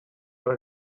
راه